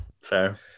Fair